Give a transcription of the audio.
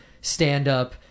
stand-up